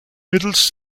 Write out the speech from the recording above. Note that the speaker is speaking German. mittels